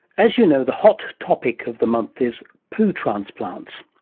as you know the hot topic of the month is poo transplants.